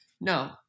No